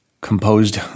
composed